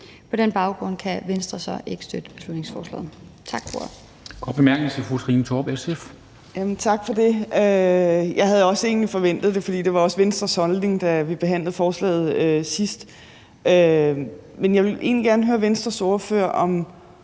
På den baggrund kan Venstre ikke støtte beslutningsforslaget.